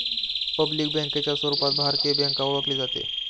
public बँकेच्या रूपात भारतीय बँक ओळखली जाते